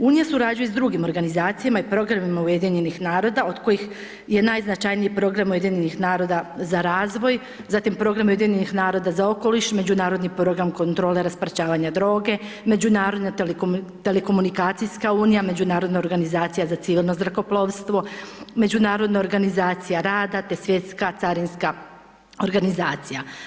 Unija surađuje s drugim organizacijama i programima UN-a od kojih je najznačajniji program UN-a za razvoj, zatim program UN-a za okoliš, Međunarodni program kontrole raspačavanja droge, Međunarodna telekomunikacijska unija, Međunarodna organizacija za civilno zrakoplovstvo, Međunarodna organizacija rada te Svjetska carinska organizacija.